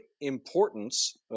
importance